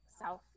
south